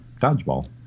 dodgeball